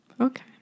Okay